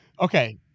Okay